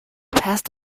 passed